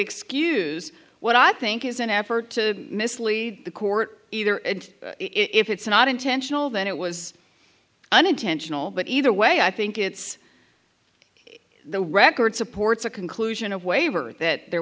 excuse what i think is an effort to mislead the court either and if it's not intentional then it was unintentional but either way i think it's the record supports a conclusion of waiver that there